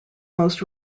most